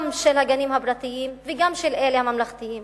גם של הגנים הפרטיים וגם של אלה הממלכתיים